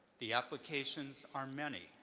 the applications are many.